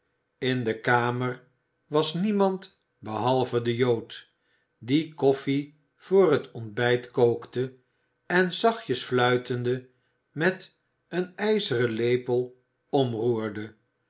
in de kamer was niemand behalve de jood die koffie voor het ontbijt kookte en zachtjes fluitende met een ijzeren lepel